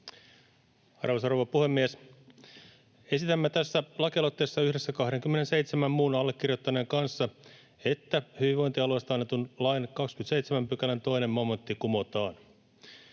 Arvoisa rouva puhemies! Esitämme tässä lakialoitteessa yhdessä 27 muun allekirjoittaneen kanssa, että hyvinvointialueesta annetun lain 27 §:n 2 momentti kumotaan.